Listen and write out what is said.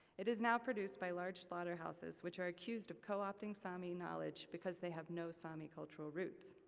it is now produced by large slaughterhouses, which are accused of coopting sami knowledge because they have no sami cultural roots.